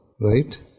Right